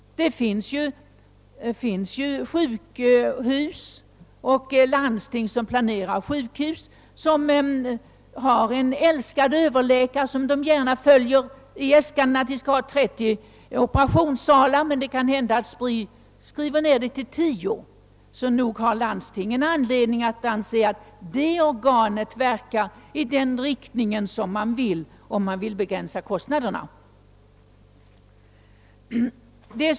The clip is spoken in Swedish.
Det finns sjukhus och landsting som har en älskad överläkare, vilken man vid planeringen av ett sjukhus gärna följer i hans äskande om 30 operationssalar. Det kan emellertid hända att SPRI skriver ned antalet till 10. Nog har landstinget anledning att inse att detta organ verkar i önskad riktning om man vill begränsa kostnaderna.